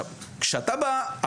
אבל כשאתה בא,